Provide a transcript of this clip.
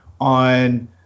on